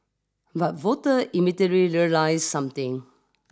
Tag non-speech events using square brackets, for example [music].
but voter [unintelligible] realise something